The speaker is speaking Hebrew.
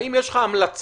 האם יש לך המלצה,